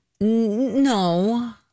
No